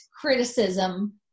criticism